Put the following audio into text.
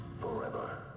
forever